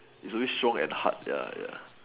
it's always strong and hard ya ya